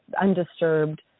undisturbed